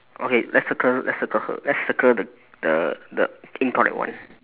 okay let's circle let's circle her let's circle the the the incorrect one